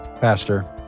pastor